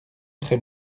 très